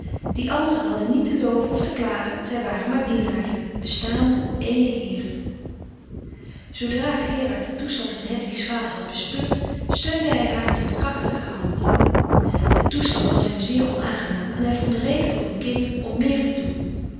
die anderen hadden niet te loven of te klagen zij waren maar dienaren bestaande om éénen heer zoodra gerard den toestand van hedwigs vader had bespeurd steunde hij haar tot krachtiger handelen de toestand was hem zeer onaangenaam en hij vond reden voor een kind om meer te doen